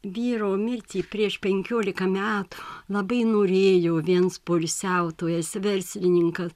vyro mirtį prieš penkiolika metų labai norėjo viens poilsiautojas verslininka